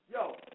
Yo